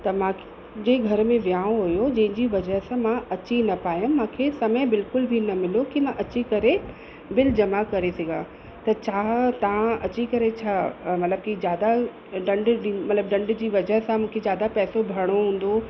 त मां जे घर में विहांउ हुओ जंहिंजी वजह सां मां अची न पायमि मांखे समय बिल्कुलु बि न मिलियो कि मां अची करे बिल जमा करे सघां त छा तव्हां अची करे छा मतलबु कि ज़्यादा डंड मतलबु डंड जी वजह सां मूंखे ज़्यादा पैसो भरिणो हूंदो